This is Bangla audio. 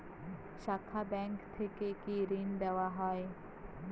শাখা ব্যাংক থেকে কি ঋণ দেওয়া হয়?